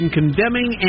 condemning